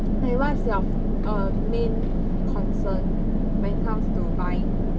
like what is your um main concern when it comes to buying